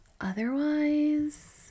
Otherwise